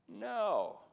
No